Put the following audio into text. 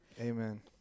Amen